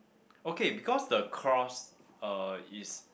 okay because the cross uh is